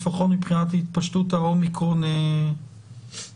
לחות מבחינת התפשטות ה-אומיקרון אצלן.